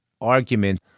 argument